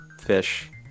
fish